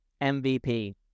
MVP